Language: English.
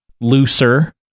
looser